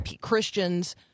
Christians